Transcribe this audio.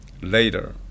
later